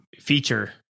feature